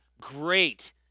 great